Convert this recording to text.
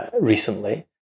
recently